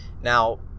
Now